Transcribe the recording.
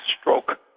stroke